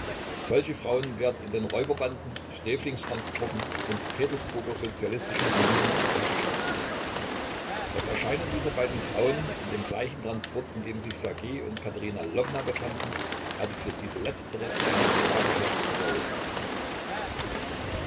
solche frauen werden in den räuberbanden sträflingstransporten und petersburger sozialistischen kommunen sehr geschätzt das erscheinen dieser beiden frauen in dem gleichen transport in dem sich ssergej und katerina lwowna befanden hatte für diese letztere eine tragische bedeutung